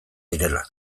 direla